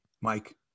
Mike